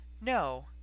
No